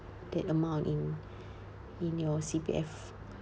that amount in in your C_P_F